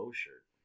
shirt